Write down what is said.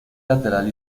lateral